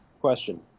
question